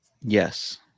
Yes